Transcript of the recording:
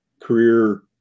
career